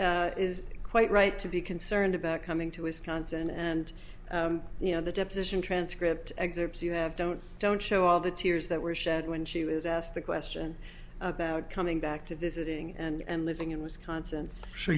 she is quite right to be concerned about coming to his concert and you know the deposition transcript excerpts you have don't don't show all the tears that were shed when she was asked the question about coming back to this ng and living in wisconsin s